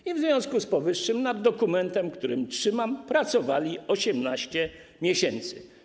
I w związku z powyższym nad dokumentem, który trzymam, pracowali 18 miesięcy.